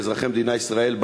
כאזרחי מדינת ישראל.